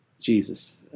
Jesus